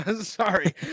Sorry